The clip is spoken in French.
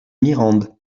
mirande